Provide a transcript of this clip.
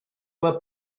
were